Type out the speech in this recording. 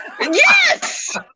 Yes